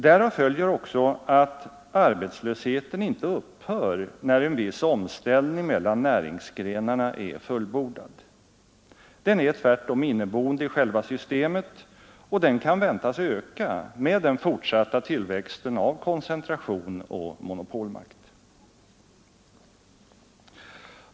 Därav följer också att arbetslösheten inte upphör, när en viss omställning mellan näringsgrenarna är fullbordad. Den är tvärtom inneboende i själva systemet, och den kan väntas öka med den fortsatta tillväxten av koncentration och monopolmakt.